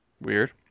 Weird